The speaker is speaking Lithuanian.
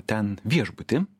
ten viešbutį